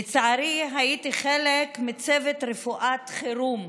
לצערי, הייתי חלק מצוות רפואת חירום,